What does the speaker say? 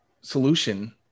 solution